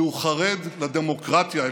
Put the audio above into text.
כי הוא חרד לדמוקרטיה.